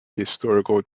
historical